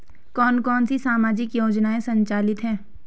कौन कौनसी सामाजिक योजनाएँ संचालित है?